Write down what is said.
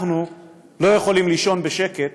אנחנו לא יכולים לישון בשקט